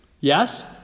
Yes